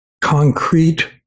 concrete